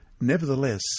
Nevertheless